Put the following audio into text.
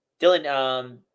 Dylan